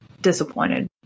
disappointed